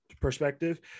perspective